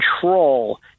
control –